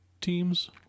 teams